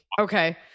Okay